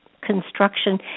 construction